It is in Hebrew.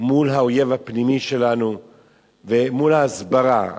מול האויב הפנימי שלנו ומול ההסברה.